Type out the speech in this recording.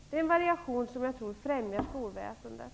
Det är en variation som jag tror främjar skolväsendet.